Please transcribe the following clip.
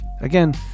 again